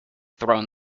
thrown